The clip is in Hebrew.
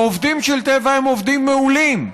העובדים של טבע הם עובדים מעולים,